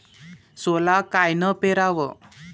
सोला कायनं पेराव?